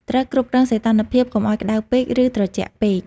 ត្រូវគ្រប់គ្រងសីតុណ្ហភាពកុំឲ្យក្តៅពេក ឬត្រជាក់ពេក។